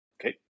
Okay